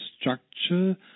structure